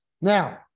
Now